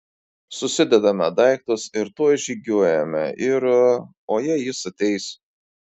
susidedame daiktus ir tuoj žygiuojame ir o jei jis ateis